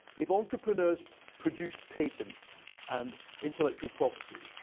if entrepreneurs produced patents and intellectual property,